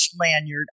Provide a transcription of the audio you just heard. lanyard